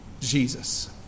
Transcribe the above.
Jesus